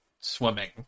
swimming